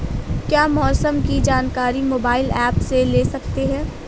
क्या मौसम की जानकारी मोबाइल ऐप से ले सकते हैं?